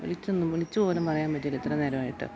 വിളിച്ചൊന്ന് വിളിച്ചുപോലും പറയാൻ പറ്റിയില്ല ഇത്രനേരമായിട്ട്